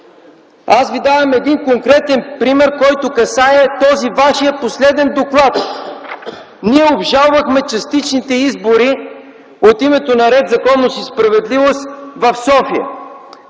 Давам конкретен пример, който касае Вашия последен доклад. Ние обжалваме частичните избори от името на „Ред, законност и справедливост” в София.